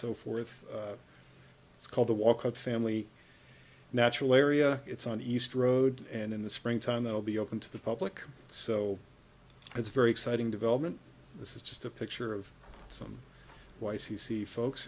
so forth it's called the walk of family natural area it's on east road and in the springtime they'll be open to the public so it's very exciting development this is just a picture of some y c see folks